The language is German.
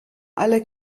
alle